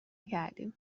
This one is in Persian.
کردیم